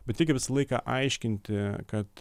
bet reikia visą laiką aiškinti kad